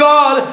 God